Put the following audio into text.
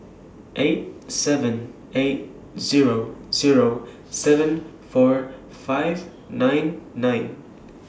eight seven eight Zero Zero seven four five nine nine